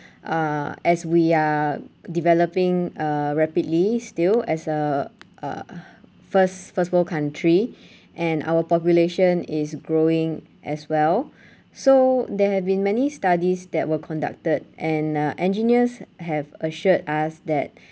uh as we are developing uh rapidly still as a uh first first world country and our population is growing as well so there have been many studies that were conducted and uh engineers have assured us that